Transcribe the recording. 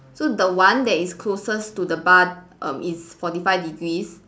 so the one that is closest to the bar um is forty five degrees